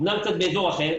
אמנם קצת באזור אחר,